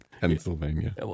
Pennsylvania